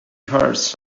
hearts